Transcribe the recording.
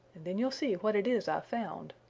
and then you'll see what it is i've found,